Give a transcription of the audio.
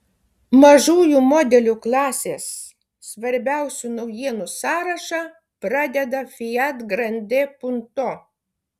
mažųjų modelių klasės svarbiausių naujienų sąrašą pradeda fiat grande punto